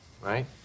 right